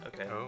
Okay